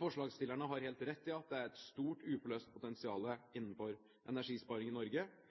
Forslagsstillerne har helt rett i at det er et stort uforløst potensial